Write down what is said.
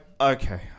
okay